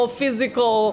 physical